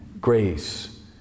grace